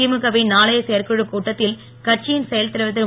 திமுக வின் நாளைய செயற்குழுக் கூட்டத்தில் கட்சியின் செயல்தலைவர் திரு